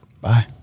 Bye